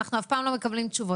אנחנו אף פעם לא מקבלים תשובות.